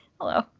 hello